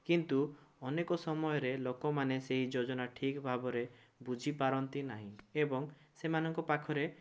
କିନ୍ତୁ ଅନେକ ସମୟରେ ଲୋକମାନେ ସେହି ଯୋଜନା ଠିକ୍ ଭାବରେ ବୁଝିପାରନ୍ତି ନାହିଁ ଏବଂ ସେମାନଙ୍କ ପାଖରେ